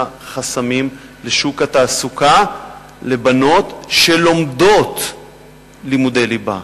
חסמים לשוק התעסוקה לבנות שלומדות לימודי ליבה.